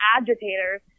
agitators